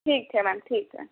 ٹھیک ہے میم ٹھیک ہے